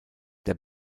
der